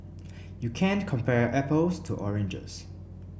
you can't compare apples to oranges